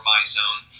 MyZone